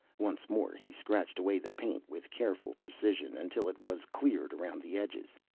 once more he scratched away the paint with careful precision, until it was cleared around the edges.